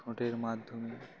ছোঁটের মাধ্যমে